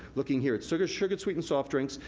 looking here at sugar sugar sweetened soft drinks,